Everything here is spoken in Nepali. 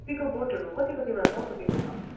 धुप्पीको बोटहरू कति कतिवटा छ हौ तपाईँकोमा